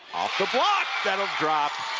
off the block that will drop.